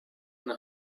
and